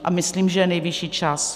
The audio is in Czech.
A myslím, že je nejvyšší čas.